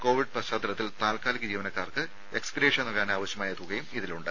Covid പശ്ചാത്തലത്തിൽ താൽക്കാലിക ജീവനക്കാർക്ക് എക്സ്ഗ്രേഷ്യ നൽകാനാവശ്യമായ തുകയും ഇതിലുണ്ട്